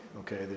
Okay